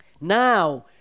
Now